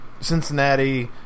Cincinnati